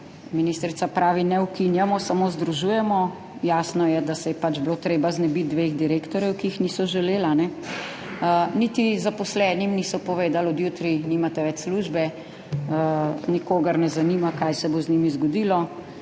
Ministrica pravi, ne ukinjamo, samo združujemo. Jasno je, da se je pač bilo treba znebiti dveh direktorjev, ki ju niso želeli, niti zaposlenim niso povedali, od jutri nimate več službe. Nikogar ne zanima, kaj se bo z njimi zgodilo,